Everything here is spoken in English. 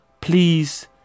Please